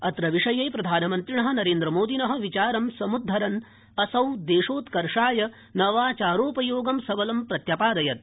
अत्र विषये प्रधानमन्त्रिण नरेन्द्रमोदिन विचारं समुद्धरन् असौ देशोत्कर्षाय नवाचारोपयोगं सबलं प्रत्यपादयत्